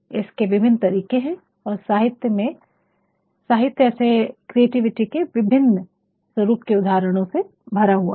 इसमें विभिन्न तरीके हैं और साहित्य ऐसे क्रिएटिविटी के विभिन्न स्वरूप के उदाहरणों से भरा हुआ है